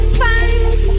find